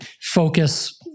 focus